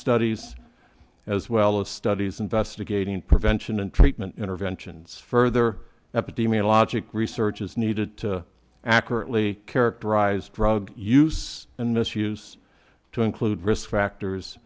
studies as well as studies investigating prevention and treatment interventions further epidemiologic research is needed to accurately characterize drug use and misuse to include risk factors